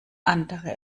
andere